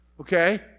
okay